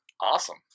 Awesome